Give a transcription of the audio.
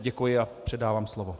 Děkuji a předávám slovo.